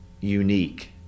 unique